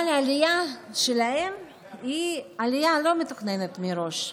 אבל העלייה שלהם היא עלייה לא מתוכננת מראש.